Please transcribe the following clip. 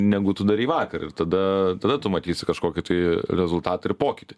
negu tu darei vakar ir tada tada tu matysi kažkokį tai rezultatą ir pokytį